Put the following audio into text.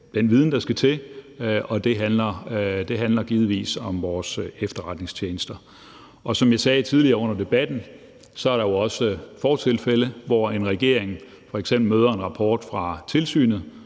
den viden, der skal til, og det handler givetvis om vores efterretningstjenester. Som jeg sagde tidligere under debatten, er der jo også fortilfælde, hvor en regering f.eks. møder en rapport fra Tilsynet